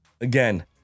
again